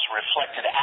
reflected